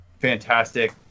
fantastic